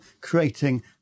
creating